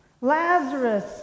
Lazarus